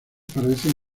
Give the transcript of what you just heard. parecen